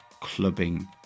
clubbing